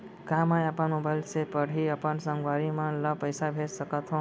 का मैं अपन मोबाइल से पड़ही अपन संगवारी मन ल पइसा भेज सकत हो?